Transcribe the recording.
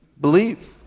believe